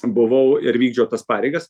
buvau ir vykdžiau tas pareigas